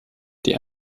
die